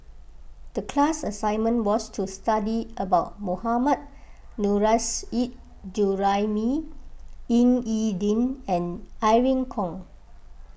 the class assignment was to study about Mohammad Nurrasyid Juraimi Ying E Ding and Irene Khong